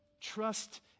Trust